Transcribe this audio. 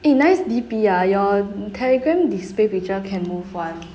eh nice D_P ah your telegram display picture can move [one]